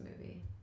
movie